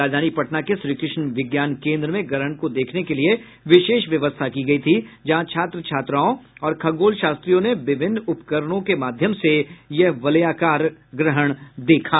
राजधानी पटना के श्रीकृष्ण विज्ञान केन्द्र में ग्रहण को देखने के लिए विशेष व्यवस्था की गयी थी जहां छात्र छात्राओं और खगोल शास्त्रियों ने विभिन्न उपकरणों के माध्यम से यह वलयाकार ग्रहण देखा